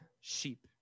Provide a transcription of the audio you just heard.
sheep